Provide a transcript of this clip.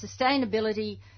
sustainability